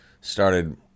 started